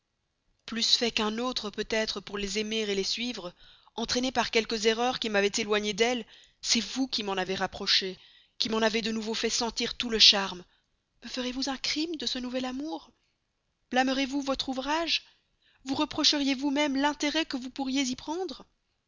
plus fait qu'un autre peut-être pour les aimer les suivre entraîné par quelques erreurs qui m'avaient éloigné d'elles c'est vous qui m'en avez rapproché qui m'en avez de nouveau fait sentir tout le charme me ferez-vous un crime de ce nouvel amour blâmerez vous votre ouvrage vous reprocheriez vous même l'intérêt que vous pourriez y prendre